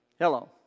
Hello